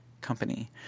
company